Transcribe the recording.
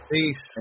Peace